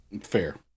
Fair